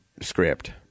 script